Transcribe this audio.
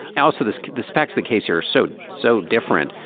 also, this this affects the case here. so, so different.